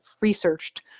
researched